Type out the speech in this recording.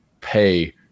pay